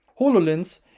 HoloLens